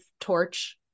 torch